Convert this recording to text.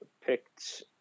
picked